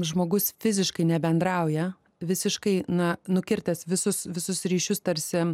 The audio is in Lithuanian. žmogus fiziškai nebendrauja visiškai na nukirtęs visus visus ryšius tarsi